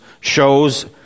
shows